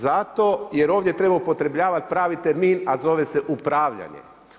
Zato jer ovdje treba upotrebljavati pravi termin, a zove se upravljanje.